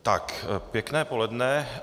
Tak pěkné poledne.